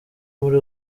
muri